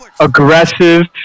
aggressive